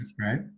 right